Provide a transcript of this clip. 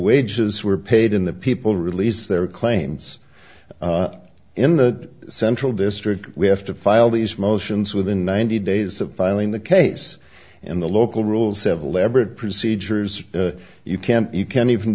wages were paid in the people release their claims in the central district we have to file these motions within ninety days of filing the case and the local rules several labrat procedures you can't you can't even